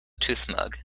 toothmug